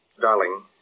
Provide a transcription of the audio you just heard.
Darling